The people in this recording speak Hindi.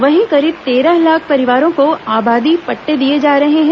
वहीं करीब तेरह लाख परिवारों को आबादी पट्ट दिए जा रहे हैं